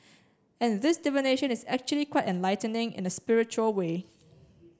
and this divination is actually quite enlightening in a spiritual way